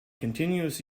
continuous